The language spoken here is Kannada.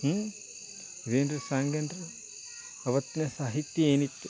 ಹ್ಞೂ ಏನು ರೀ ಸಾಂಗ್ ಏನು ರೀ ಅವತ್ತಿನ ಸಾಹಿತ್ಯ ಏನಿತ್ತು